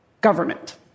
government